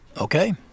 Okay